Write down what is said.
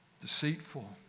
Deceitful